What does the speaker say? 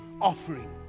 offering